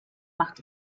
macht